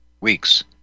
weeks